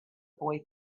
boy